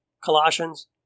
Colossians